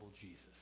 Jesus